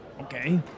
Okay